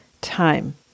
time